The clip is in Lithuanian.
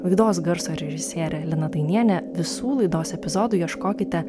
laidos garso režisierė lina dainienė visų laidos epizodų ieškokite